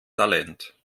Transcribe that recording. talent